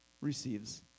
receives